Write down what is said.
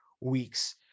weeks